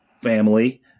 family